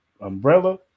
umbrella